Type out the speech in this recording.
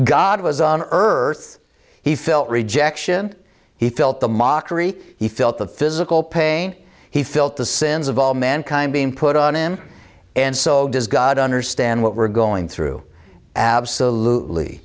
god was on earth he felt rejection he felt the mockery he felt the physical pain he felt the sins of all mankind being put on him and so does god understand what we're going through absolutely